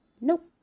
Nope